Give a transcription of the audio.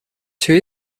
two